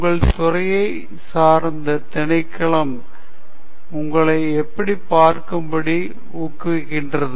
உங்கள் துறையைச் சார்ந்த திணைக்களம் உங்களைப் பார்க்கும்படி ஊக்குவிக்கின்றது